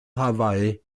hawaii